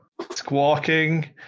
squawking